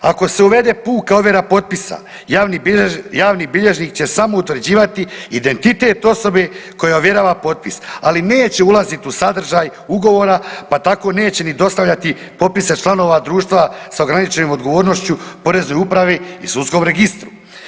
Ako se uvede puka ovjera potpisa javni bilježnik će samo utvrđivati identitet osobe koja ovjerava potpis, ali neće ulazit u sadržaj ugovora, pa tako neće ni dostavljati popise članova društva sa ograničenom odgovornošću poreznoj upravi i sudskom registru.